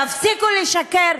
תפסיקו לשקר.